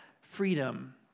freedom